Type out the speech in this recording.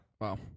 Wow